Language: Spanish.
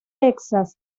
texas